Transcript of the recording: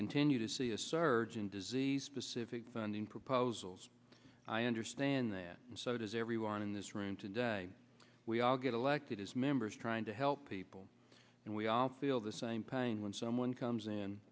continue to see a surge in disease specific funding proposals i understand that and so does everyone in this room today we all get elected as members trying to help people and we all feel the same pain when someone comes in